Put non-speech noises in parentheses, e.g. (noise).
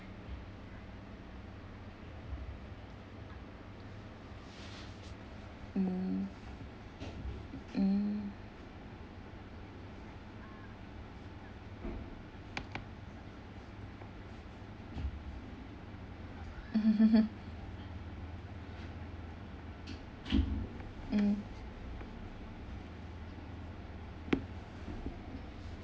mm mm (laughs) mm